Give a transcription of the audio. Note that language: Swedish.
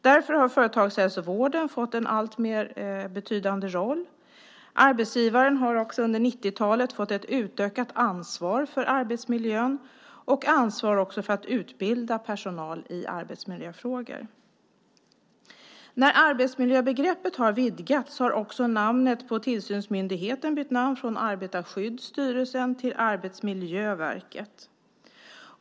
Därför har företagshälsovården fått en alltmer betydande roll. Arbetsgivaren har också under 90-talet fått ett utökat ansvar för arbetsmiljön och ansvar för att utbilda personal i arbetsmiljöfrågor. När arbetsmiljöbegreppet vidgats har namnet på tillsynsmyndigheten bytt namn från Arbetarskyddsstyrelsen till Arbetsmiljöverket.